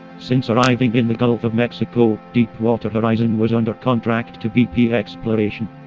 since arriving in the gulf of mexico, deepwater horizon was under contract to bp exploration.